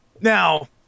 now